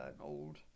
old